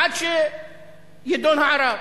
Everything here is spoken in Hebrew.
עד שיידון הערר.